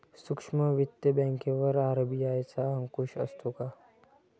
सूक्ष्म वित्त बँकेवर आर.बी.आय चा अंकुश असतो का?